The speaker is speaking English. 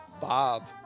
Bob